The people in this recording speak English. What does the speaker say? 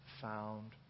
found